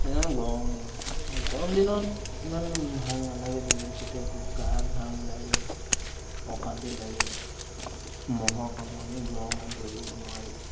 যে গৰম দিন গৰম দিনত ইমান ভাল নালাগে দৌৰি গোটেই গা ঘাম ওলাই যায় অশান্তি লাগে মহৰ কামুৰনি গৰমত দৌৰিব নোৱাৰি